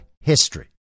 history